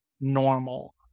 normal